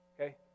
okay